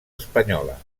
espanyola